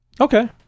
Okay